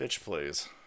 Please